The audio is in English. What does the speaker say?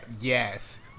yes